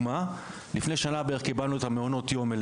לדוגמה: לפני בערך שנה קיבלנו אלינו את מעונות היום,